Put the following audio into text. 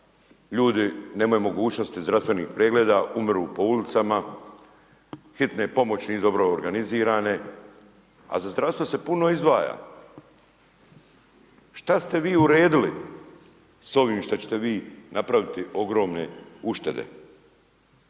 Ljudi nemaju mogućnosti zdravstvenih pregleda, umiru po ulicama, hitne pomoći nisu dobro organizirane, a za zdravstvo se puno izdvaja. Šta ste vi uredili s ovim što ćete vi napraviti ogromne uštede?